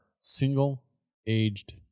single-aged